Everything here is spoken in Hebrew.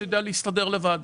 אני יודע להסתדר לבד.